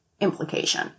implication